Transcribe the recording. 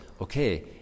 Okay